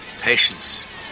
Patience